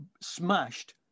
smashed